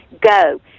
go